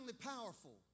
Powerful